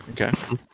Okay